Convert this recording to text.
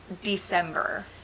december